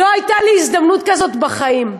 לא הייתה לי הזדמנות כזאת בחיים,